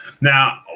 Now